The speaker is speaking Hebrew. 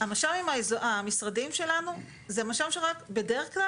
המש"מים המשרדיים שלנו בדרך כלל,